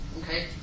okay